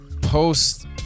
post